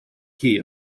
key